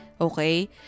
okay